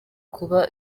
kuba